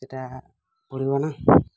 ସେଟା ପଡ଼ିବ ନା